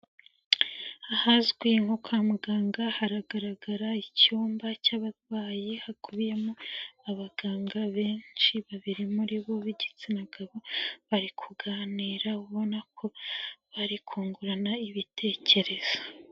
Ahazwi nko kwa muganga haragaragara icyumba cy'abarwayi hakubiyemo abaganga benshi, babiri muri bo b'igitsina gabo bari kuganira ubona ko bari kungurana ibitekerezo.